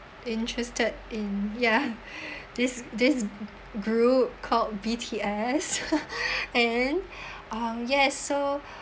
interested in ya this this group called B_T_S and um yes so